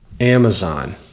Amazon